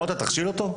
פה אתה תכשיל אותו?